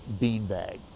beanbag